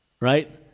Right